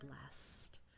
blessed